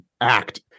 act